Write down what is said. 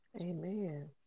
Amen